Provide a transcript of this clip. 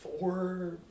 four